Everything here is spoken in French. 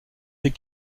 des